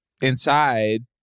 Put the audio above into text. inside